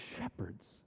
shepherds